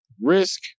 risk